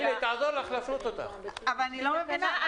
אני לא מבינה.